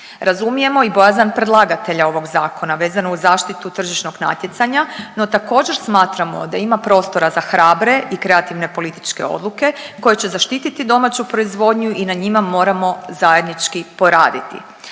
Razumijemo i bojazan predlagatelja ovog zakona vezano uz zaštitu tržišnog natjecanja, no također smatramo da ima prostora za hrabre i kreativne političke odluke koje će zaštititi domaću proizvodnju i na njima moramo zajednički poraditi.